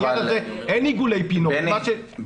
בעניין הזה אין עיגולי פינות --- בני,